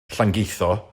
llangeitho